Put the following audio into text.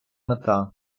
мета